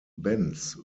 benz